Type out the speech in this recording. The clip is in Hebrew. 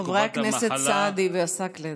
חברי הכנסת סעדי ועסאקלה,